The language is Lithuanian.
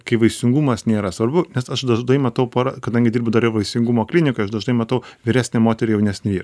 kai vaisingumas nėra svarbu nes aš dažnai matau porą kadangi dirbu dar ir vaisingumo klinikoj aš dažnai matau vyresnę moterį jaunesnį vyrą